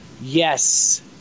yes